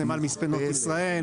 נמל מספנות ישראל,